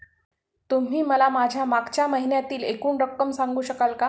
तुम्ही मला माझ्या मागच्या महिन्यातील एकूण रक्कम सांगू शकाल का?